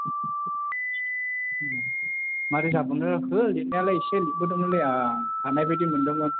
माबोरै जाबावनांगौ जाखो लिरनायालाय इसे लिरबोदोंमोनलै आं हानाय बायदि मोनदोंमोन